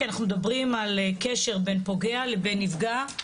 כי אנחנו מדברים על קשר בין פוגע לבין נפגע,